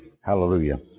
Hallelujah